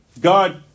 God